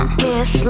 kiss